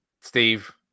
Steve